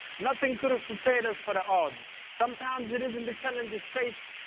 nothing could have prepared us for the odds. sometimes, it isn't the challenges faced,